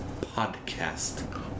podcast